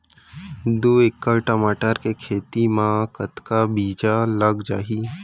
दू एकड़ टमाटर के खेती मा कतका बीजा लग जाही?